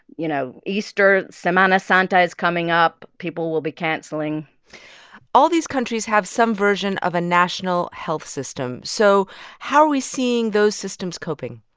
you know, easter, semana santa is coming up. people will be cancelling all these countries have some version of a national health system. so how are we seeing those systems coping?